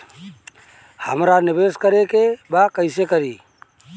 हमरा निवेश करे के बा कईसे करी?